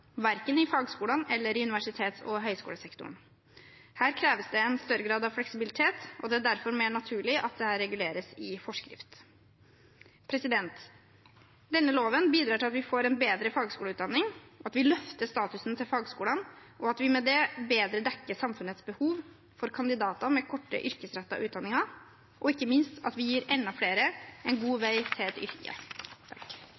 verken i fagskolene eller i universitets- og høyskolesektoren. Her kreves det en større grad av fleksibilitet, og det er derfor mer naturlig at dette reguleres i forskrift. Denne loven bidrar til at vi får en bedre fagskoleutdanning, at vi løfter statusen til fagskolene, at vi bedre dekker samfunnets behov for kandidater med korte, yrkesrettede utdanninger, og ikke minst at vi gir enda flere en god